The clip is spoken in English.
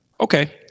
okay